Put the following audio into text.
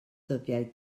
dyddiau